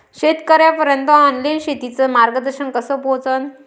शेतकर्याइपर्यंत ऑनलाईन शेतीचं मार्गदर्शन कस पोहोचन?